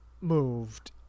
moved